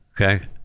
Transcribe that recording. Okay